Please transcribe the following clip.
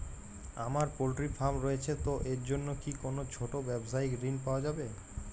আমার poultry farm রয়েছে তো এর জন্য কি কোনো ছোটো ব্যাবসায়িক ঋণ পাওয়া যাবে?